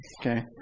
Okay